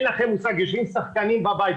יושבים שחקנים בבית,